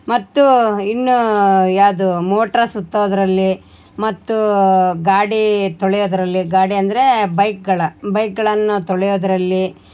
ಮತ್ತು ಇನ್ನು ಯಾವುದು ಮೋಟ್ರಾ ಸುತ್ತೋದರಲ್ಲಿ ಮತ್ತು ಗಾಡಿ ತೊಳೆಯೋದರಲ್ಲಿ ಗಾಡಿ ಅಂದರೆ ಬೈಕ್ಗಳು ಬೈಕ್ಗಳನ್ನು ತೊಳೆಯೋದ್ರಲ್ಲಿ